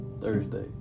Thursday